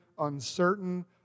uncertain